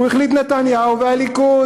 הוא החליט נתניהו והליכוד.